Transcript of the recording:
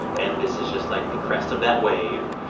and this is just like the crest of that wave.